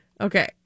Okay